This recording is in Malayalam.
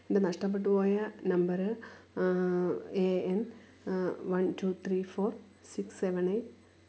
എന്റെ നഷ്ടപ്പെട്ട പോയ് number A N one two three four six seven eight